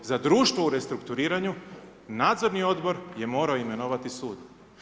Za društvo u restrukturiranju nadzorni odbor je morao imenovati sud.